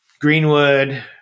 Greenwood